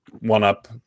one-up